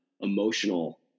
emotional